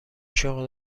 شغل